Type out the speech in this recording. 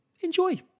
enjoy